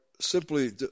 simply